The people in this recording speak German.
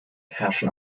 herrschen